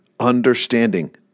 understanding